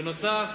בנוסף,